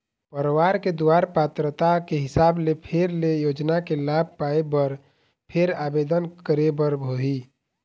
परवार के दुवारा पात्रता के हिसाब ले फेर ले योजना के लाभ पाए बर फेर आबेदन करे बर होही